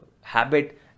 habit